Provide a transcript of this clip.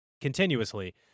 continuously